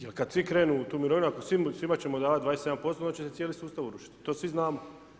Jer kad svi krenu u tu mirovinu ako svima ćemo davat 27% onda će se cijeli sustav urušiti to svi znamo.